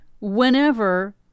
whenever